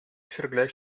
vergleich